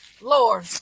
Lord